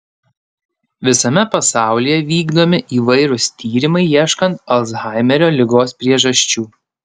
visame pasaulyje vykdomi įvairūs tyrimai ieškant alzheimerio ligos priežasčių